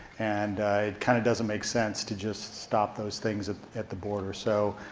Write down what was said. and it kinda doesn't make sense to just stop those things at the border. so